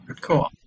Cool